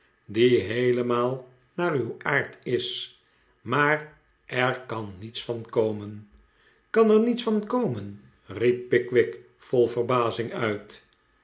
die heelemaal naar uw aard is maar er kan niets van koraen kan er niets van komen riep pickwick vol verbazing uit